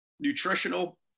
nutritional